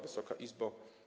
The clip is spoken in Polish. Wysoka Izbo!